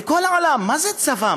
בכל העולם, מה זה צבא?